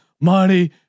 money